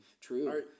true